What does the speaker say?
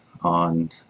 on